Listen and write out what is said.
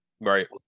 Right